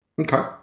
Okay